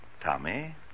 Tommy